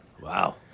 Wow